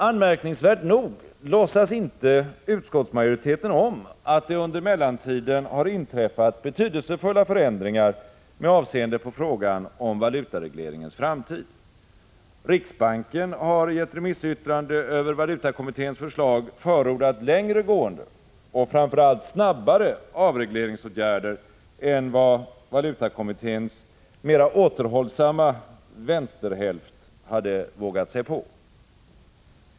Anmärkningsvärt nog låtsas inte utskottsmajoriteten om att det under mellantiden har inträffat betydelsefulla förändringar med avseende på frågan om valutaregleringens framtid. Riksbanken har i ett remissyttrande över valutakommitténs förslag förordat längre gående och framför allt snabbare avregleringsåtgärder än vad valutakommitténs mera återhållsamma vänsterhälft hade vågat sig på.